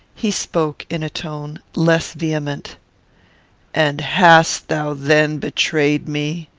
he spoke in a tone less vehement and hast thou then betrayed me?